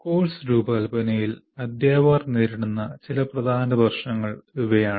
course രൂപകൽപ്പനയിൽ അധ്യാപകർ നേരിടുന്ന ചില പ്രധാന പ്രശ്നങ്ങൾ ഇവയാണ്